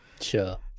Sure